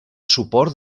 suport